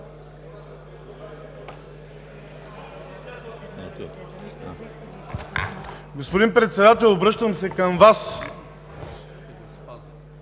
Господин Председател, обръщам се към Вас